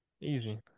Easy